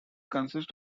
consists